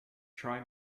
try